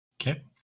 Okay